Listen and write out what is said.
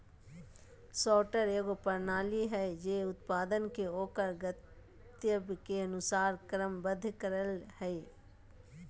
sorter एगो प्रणाली हइ जे उत्पाद के ओकर गंतव्य के अनुसार क्रमबद्ध करय हइ